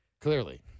Clearly